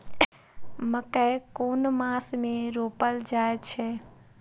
मकेय कुन मास में रोपल जाय छै?